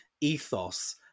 ethos